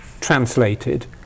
translated